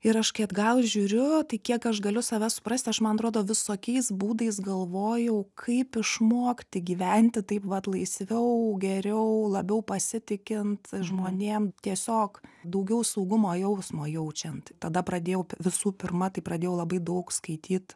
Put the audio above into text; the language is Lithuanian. ir aš kai atgal žiūriu tai kiek aš galiu save suprasti aš man atrodo visokiais būdais galvojau kaip išmokti gyventi taip vat laisviau geriau labiau pasitikint žmonėm tiesiog daugiau saugumo jausmo jaučiant tada pradėjau visų pirma tai pradėjau labai daug skaityt